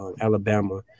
Alabama